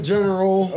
General